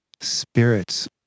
spirits